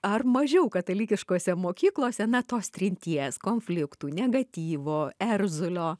ar mažiau katalikiškose mokyklose na tos trinties konfliktų negatyvo erzulio